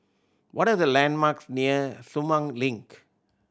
what are the landmarks near Sumang Link